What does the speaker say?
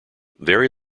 very